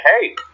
hey